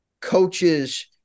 coaches